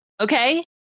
okay